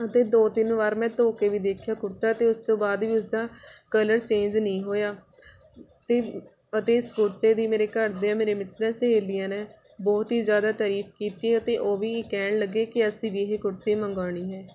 ਅਤੇ ਦੋ ਤਿੰਨ ਵਾਰ ਮੈਂ ਧੋ ਕੇ ਵੀ ਦੇਖਿਆ ਕੁੜਤਾ ਤਾਂ ਉਸ ਤੋਂ ਬਾਅਦ ਵੀ ਉਸ ਦਾ ਕਲਰ ਚੇਂਜ ਨਹੀਂ ਹੋਇਆ ਅਤੇ ਅਤੇ ਇਸ ਕੁੜਤੇ ਦੀ ਮੇਰੇ ਘਰਦੇ ਮੇਰੇ ਮਿੱਤਰ ਸਹੇਲੀਆਂ ਨੇ ਬਹੁਤ ਹੀ ਜ਼ਿਆਦਾ ਤਾਰੀਫ ਕੀਤੀ ਅਤੇ ਉਹ ਵੀ ਕਹਿਣ ਲੱਗੇ ਕਿ ਅਸੀਂ ਵੀ ਇਹ ਕੁੜਤੀ ਮੰਗਵਾਉਣੀ ਹੈ